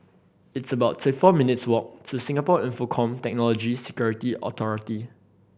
it's about four minutes walk to Singapore Infocomm Technology Security Authority